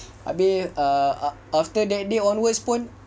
abeh after that day onwards pun